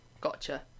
Gotcha